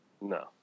No